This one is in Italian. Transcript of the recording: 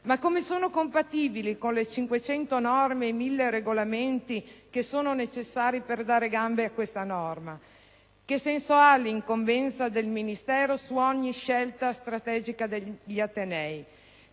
ma come sono compatibili con le 500 norme ed i 1.000 regolamenti che sono necessari per dare gambe a questo provvedimento? Che senso ha l'incombenza del Ministero su ogni scelta strategica degli atenei?